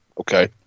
Okay